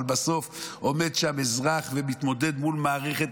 אבל בסוף עומד שם אזרח ומתמודד מול מערכת